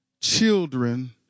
children